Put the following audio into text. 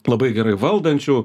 labai gerai valdančių